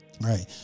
Right